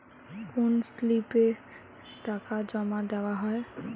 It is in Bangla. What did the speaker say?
কোন স্লিপে টাকা জমাদেওয়া হয়?